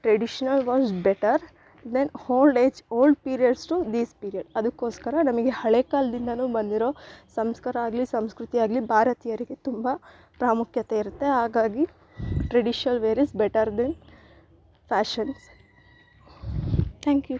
traditional was better than old age old periods to these period ಅದಕೋಸ್ಕರ ನಮಗೆ ಹಳೆ ಕಾಲ್ದಿಂದ ಬಂದಿರೊ ಸಂಸ್ಕಾರ ಆಗಲಿ ಸಂಸ್ಕೃತಿ ಆಗಲಿ ಭಾರತೀಯರಿಗೆ ತುಂಬ ಪ್ರಾಮುಖ್ಯತೆ ಇರುತ್ತೆ ಹಾಗಾಗಿ traditional wear is better than fashions thank you